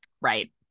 right